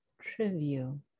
trivial